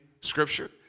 Scripture